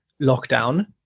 lockdown